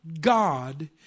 God